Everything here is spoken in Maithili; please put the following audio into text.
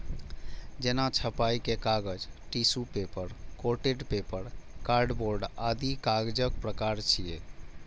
जेना छपाइ के कागज, tissue paper, coated paper, cardboard आदि कागजक प्रकार छियै